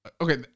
Okay